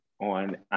on